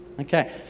Okay